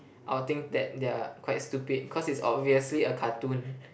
I will think that they are quite stupid because it's obviously a cartoon